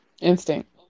Instinct